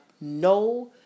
no